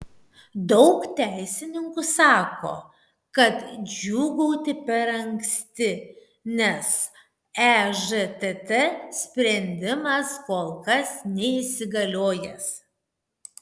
daug teisininkų sako kad džiūgauti per anksti nes ežtt sprendimas kol kas neįsigaliojęs